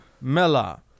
Mela